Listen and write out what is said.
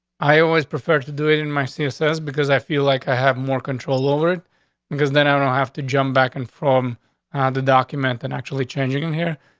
i always prefer to do it in my seer says because i feel like i have more control over it because they ah don't have to jump back and from the document and actually changing in here,